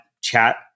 chat